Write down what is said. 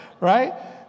right